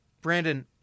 Brandon